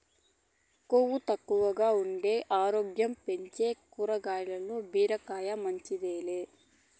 కొవ్వు తక్కువగా ఉండి ఆరోగ్యం పెంచే కాయగూరల్ల బీరకాయ మించింది లే